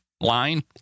Line